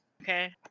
Okay